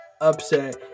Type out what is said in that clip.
upset